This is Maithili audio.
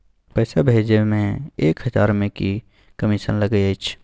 पैसा भैजे मे एक हजार मे की कमिसन लगे अएछ?